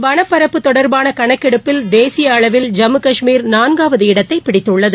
வளப்பரப்பு தொடர்பாள கணக்கெடுப்பில் தேசிய அளவில் ஜம்மு கஷ்மீர் நாள்காவது இடத்தை பிடித்துள்ளது